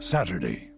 Saturday